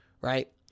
right